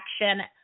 action